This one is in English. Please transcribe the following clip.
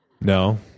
No